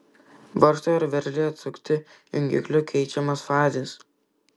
varžtui ar veržlei atsukti jungikliu keičiamos fazės